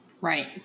right